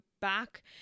back